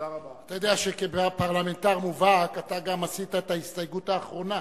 אתה יודע שכפרלמנטר מובהק אתה גם עשית את ההסתייגות האחרונה.